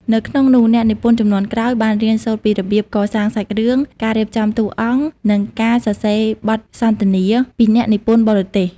នៅក្នុងនោះអ្នកនិពន្ធជំនាន់ក្រោយបានរៀនសូត្រពីរបៀប កសាងសាច់រឿង ការរៀបចំតួអង្គ និងការសរសេរបទសន្ទនា ពីអ្នកនិពន្ធបរទេស។